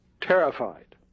terrified